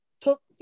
took